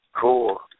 Cool